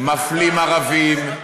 מפלים ערבים,